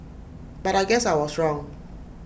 but I guess I was wrong